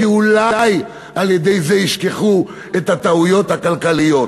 כי אולי על-ידי זה ישכחו את הטעויות הכלכליות